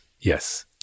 Yes